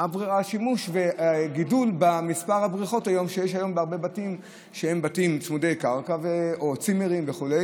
גידול במספר הבריכות שיש היום בבתים צמודי קרקע או בצימרים וכו',